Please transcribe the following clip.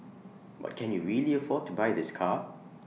but can you really afford to buy this car